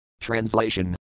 Translation